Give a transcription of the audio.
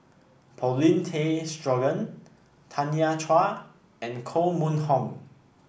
Paulin Tay Straughan Tanya Chua and Koh Mun Hong